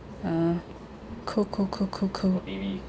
oh cool cool cool cool cool